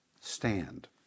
stand